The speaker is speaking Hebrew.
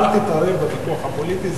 אל תתערב בוויכוח הפוליטי,